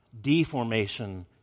deformation